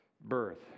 birth